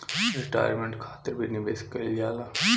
retirement खातिर भी निवेश कईल जाला